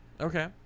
Okay